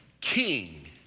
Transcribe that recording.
king